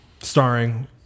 Starring